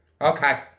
okay